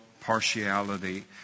partiality